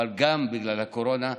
אבל גם בגלל הקורונה,